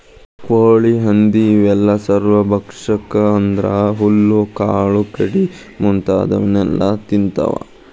ಕೋಳಿ ಹಂದಿ ಇವೆಲ್ಲ ಸರ್ವಭಕ್ಷಕ ಅಂದ್ರ ಹುಲ್ಲು ಕಾಳು ಕಡಿ ಮುಂತಾದವನ್ನೆಲ ತಿಂತಾವ